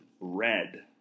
Red